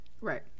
Right